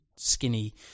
skinny